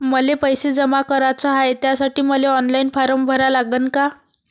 मले पैसे जमा कराच हाय, त्यासाठी मले ऑनलाईन फारम भरा लागन का?